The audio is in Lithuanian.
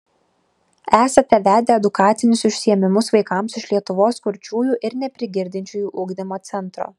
esate vedę edukacinius užsiėmimus vaikams iš lietuvos kurčiųjų ir neprigirdinčiųjų ugdymo centro